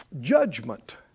judgment